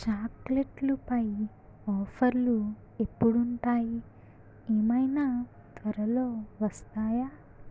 చాక్లెట్లుపై ఆఫర్లు ఎప్పుడుంటాయి ఏమైనా త్వరలో వస్తాయా